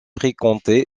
fréquenté